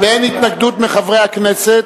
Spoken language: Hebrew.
ואין התנגדות מחברי הכנסת.